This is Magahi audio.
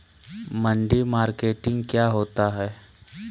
मंडी मार्केटिंग क्या होता है?